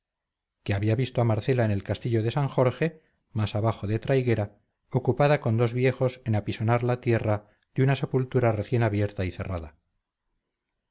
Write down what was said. que había visto a marcela en el castillo de san jorge más abajo de traiguera ocupada con dos viejos en apisonar la tierra de una sepultura recién abierta y cerrada